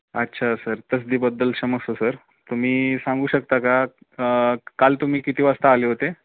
अच्छा सर तसदीबद्दल क्षमस्व सर तुम्ही सांगू शकता का काल तुम्ही किती वाजता आले होते